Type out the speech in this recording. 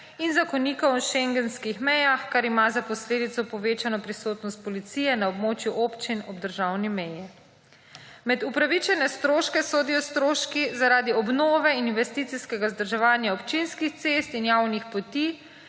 in zakonikov o Schengenskih mejah, kar ima za posledico povečano prisotnost policije na območju občin ob državni meji. Med upravičene stroške sodijo stroški zaradi obnove investicijskega vzdrževanja občinskih cest in javnih poti,